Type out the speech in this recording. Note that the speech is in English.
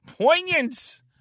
Poignant